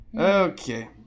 Okay